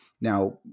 Now